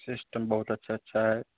system बहुत अच्छा अच्छा है